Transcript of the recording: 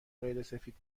غیرسفید